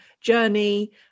journey